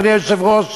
אדוני היושב-ראש,